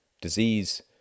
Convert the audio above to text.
disease